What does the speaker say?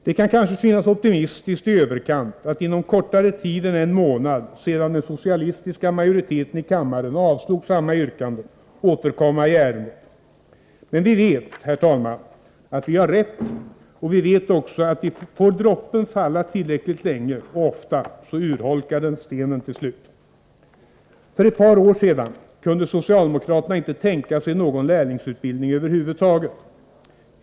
Det kan kanske synas optimistiskt i överkant att inom kortare tid än en månad efter det att den socialistiska majoriteten i kammaren avslagit våra krav återkomma med samma yrkanden i ärendet. Men, herr talman, vi vet att vi har rätt, och vi vet också att om droppen får falla tillräckligt länge och ofta så urholkas till slut stenen. För ett par år sedan kunde socialdemokraterna inte tänka sig någon lärlingsutbildning över huvud taget.